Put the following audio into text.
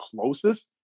closest